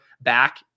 back